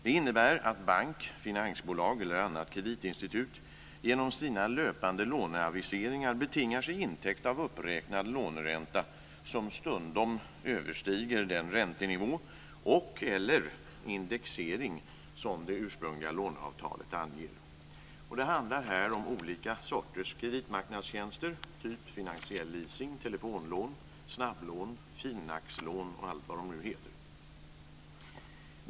Det innebär att bank, finansbolag eller annat kreditinstitut genom sina löpande låneaviseringar betingar sig intäkt av uppräknad låneränta som stundom överstiger den räntenivå och/eller indexering som det ursprungliga låneavtalet anger. Det handlar här om olika sorters kreditmarknadstjänster typ finansiell leasing, telefonlån, snabblån, Finaxlån och allt vad det heter.